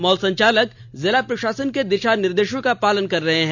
mall संचालक जिला प्रशासन के दिशा निर्देशों का पालन कर रहे है